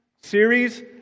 series